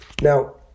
Now